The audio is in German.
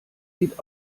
sieht